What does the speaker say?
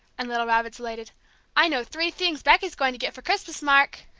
and little robert's elated i know three things becky's going to get for christmas, mark!